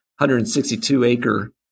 162-acre